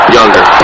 Younger